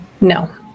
No